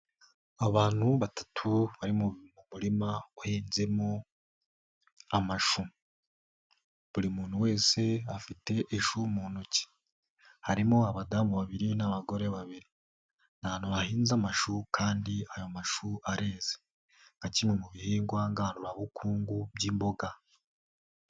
Abantu batatu bari MU murima uhinzemo amashu. Buri muntu wese afite ishu mu ntoki. Harimo abadamu babiri n'abagore babiri. Ni ahantu hahinze amashuri kandi ayo mashu areze nka kimwe mu bihingwa gandurarugo nk'imboga.